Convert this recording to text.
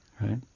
right